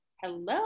Hello